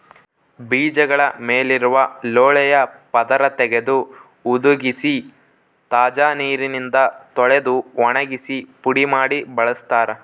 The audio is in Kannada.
ಬೀಜಗಳ ಮೇಲಿರುವ ಲೋಳೆಯ ಪದರ ತೆಗೆದು ಹುದುಗಿಸಿ ತಾಜಾ ನೀರಿನಿಂದ ತೊಳೆದು ಒಣಗಿಸಿ ಪುಡಿ ಮಾಡಿ ಬಳಸ್ತಾರ